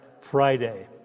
friday